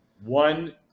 one